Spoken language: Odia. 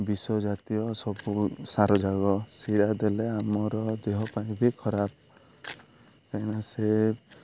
ବିଶ୍ୱ ଜାତୀୟ ସବୁ ସାର ଯାକ ସିରା ଦେଲେ ଆମର ଦେହ ପାଇଁ ବି ଖରାପ କାହିଁନା ସେ